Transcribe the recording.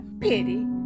Pity